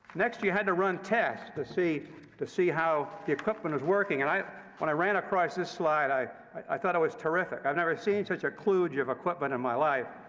next, you had to run tests to see to see how the equipment is working. and when i ran across this slide, i i thought it was terrific. i've never seen such a kludge of equipment in my life.